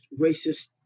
racist